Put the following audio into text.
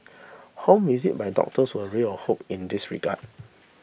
home visit by doctors were a ray of hope in this regard